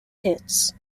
hits